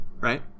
right